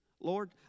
Lord